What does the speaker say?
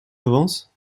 avances